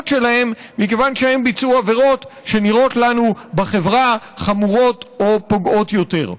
שלהם מכיוון שהם ביצעו עבירות שנראות לנו בחברה חמורות או פוגעות יותר.